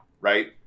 right